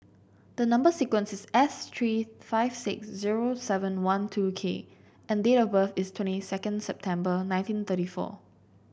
the number sequence is S three five six zero seven one two K and date of birth is twenty second September nineteen thirty four